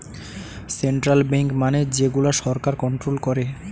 central bank মানে যে গুলা সরকার কন্ট্রোল করে